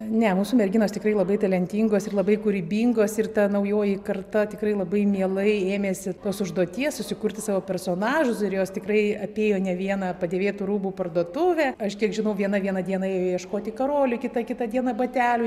ne mūsų merginos tikrai labai talentingos ir labai kūrybingos ir ta naujoji karta tikrai labai mielai ėmėsi tos užduoties susikurti savo personažus ir jos tikrai apėjo ne vieną padėvėtų rūbų parduotuvę aš kiek žinau viena vieną dieną ėjo ieškoti karolių kita kitą dieną batelių